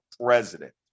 president